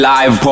Live